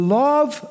love